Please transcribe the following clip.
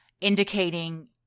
indicating